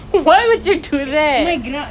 it looks like gonna rain sia